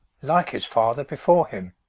like his father before him,